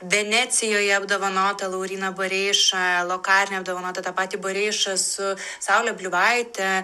venecijoje apdovanotą lauryną bareišą lokarne apdovanotą tą patį bareišą su saule bliuvaite